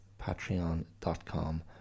patreon.com